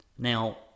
Now